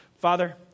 Father